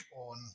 on